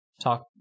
talk